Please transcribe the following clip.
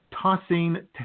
tossing